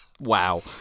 wow